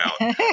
out